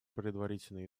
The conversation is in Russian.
предварительные